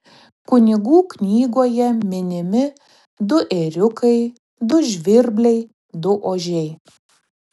kunigų knygoje minimi du ėriukai du žvirbliai du ožiai